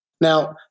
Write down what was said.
Now